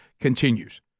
continues